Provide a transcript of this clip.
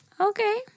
Okay